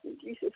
Jesus